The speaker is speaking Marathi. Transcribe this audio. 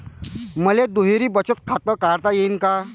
मले दुहेरी बचत खातं काढता येईन का?